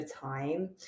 time